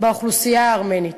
באוכלוסייה הארמנית.